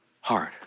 hard